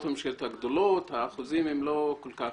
הממשלתיות הגדולות שם האחוזים לא גבוהים.